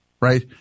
Right